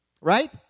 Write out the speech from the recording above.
right